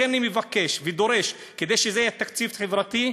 לכן אני מבקש ודורש: כדי שזה יהיה תקציב חברתי,